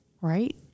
right